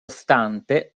stante